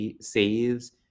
saves